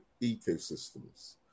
ecosystems